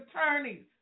attorneys